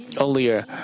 Earlier